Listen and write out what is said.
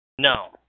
No